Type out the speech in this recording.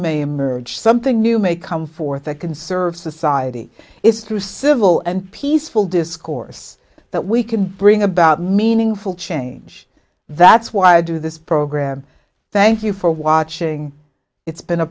emerge something new may come forth that conserves society is through civil and peaceful discourse that we can bring about meaningful change that's why i do this program thank you for watching it's been a